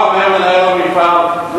מה אומר מנהל המפעל?